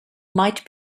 might